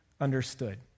understood